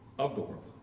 of the world.